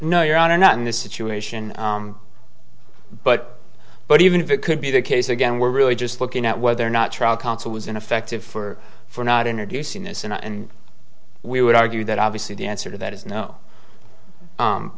no your honor not in this situation but but even if it could be the case again we're really just looking at whether or not trial counsel was ineffective for for not introducing this into and we would argue that obviously the answer to that is no